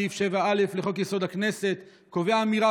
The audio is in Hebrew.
סעיף 7א לחוק-יסוד: הכנסת קובע אמירה